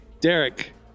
Derek